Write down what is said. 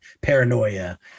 paranoia